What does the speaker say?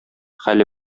хәле